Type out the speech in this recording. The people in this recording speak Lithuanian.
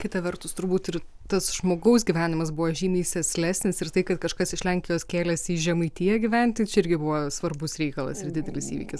kita vertus turbūt ir tas žmogaus gyvenimas buvo žymiai sėslesnis ir tai kad kažkas iš lenkijos kėlėsi į žemaitiją gyventi čia irgi buvo svarbus reikalas ir didelis įvykis